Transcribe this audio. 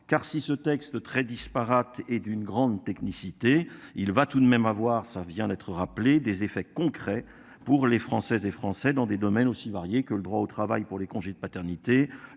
Car si ce texte très disparates et d'une grande technicité. Il va tout de même avoir ça vient d'être rappelé des effets concrets pour les Françaises et Français dans des domaines aussi variés que le droit au travail pour les congés de paternité